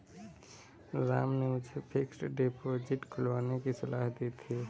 राम ने मुझे fixed deposit खुलवाने की सलाह दी थी